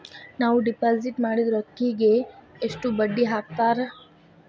ನಾವು ಡಿಪಾಸಿಟ್ ಮಾಡಿದ ರೊಕ್ಕಿಗೆ ಎಷ್ಟು ಬಡ್ಡಿ ಹಾಕ್ತಾರಾ?